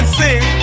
sing